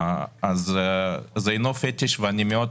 זה אינו פטיש ואני שמח